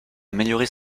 améliorer